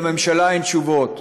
ולממשלה אין תשובות.